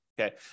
okay